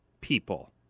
people